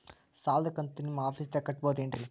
ಸಾಲದ ಕಂತು ನಿಮ್ಮ ಆಫೇಸ್ದಾಗ ಕಟ್ಟಬಹುದೇನ್ರಿ?